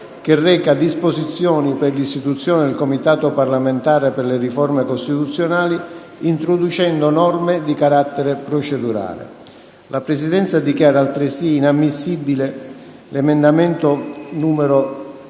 che reca disposizioni per l'istituzione del Comitato parlamentare per le riforme costituzionali, introducendo norme di carattere procedurale. La Presidenza dichiara altresì inammissibile l'emendamento 9.100,